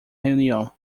reunião